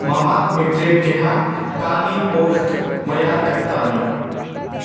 मम मित्रेभ्यः कानि पोस्ट् मया त्यक्तानि